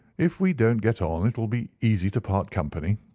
if we don't get on it will be easy to part company,